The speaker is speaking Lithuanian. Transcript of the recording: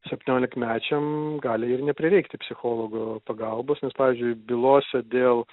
septyniolikmečiam gali ir neprireikti psichologo pagalbos nes pavyzdžiui bylose dėl